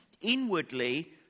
inwardly